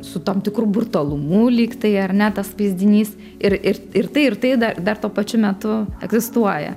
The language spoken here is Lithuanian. su tam tikru brutalumu lygtai ar ne tas vaizdinys ir ir ir tai ir tai da dar tuo pačiu metu egzistuoja